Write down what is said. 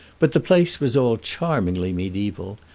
but the place was all charmingly mediaeval,